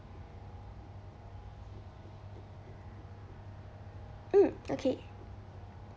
mm okay